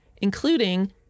including